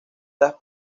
las